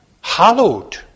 hallowed